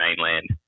mainland